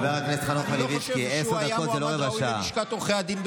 אני לא חושב שהוא היה מועמד ראוי ללשכת עורכי הדין.